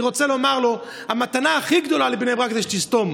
אני רוצה לומר לו: המתנה הכי גדולה לבני ברק זה שתסתום.